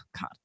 God